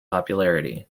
popularity